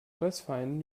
fressfeinden